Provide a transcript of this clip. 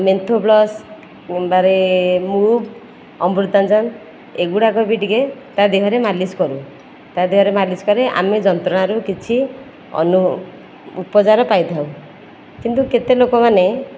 ମେନ୍ଥୋପ୍ଲସ ମୁଣ୍ଡରେ ମୁଭ୍ ଅମୃତାଞ୍ଜନ ଏଗୁଡ଼ାକ ବି ଟିକିଏ ତା' ଦେହରେ ମାଲିସ କରୁ ତା' ଦେହରେ ମାଲିସ କଲେ ଆମେ ଯନ୍ତ୍ରଣାରୁ କିଛି ଅନୁ ଉପଚାର ପାଇଥାଉ କିନ୍ତୁ କେତେ ଲୋକମାନେ